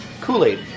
Kool-Aid